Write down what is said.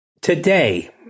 today